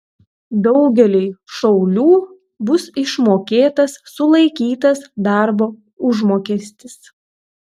daugeliui šaulių bus išmokėtas sulaikytas darbo užmokestis